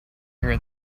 her